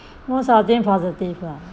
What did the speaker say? most of them positive lah